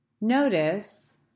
notice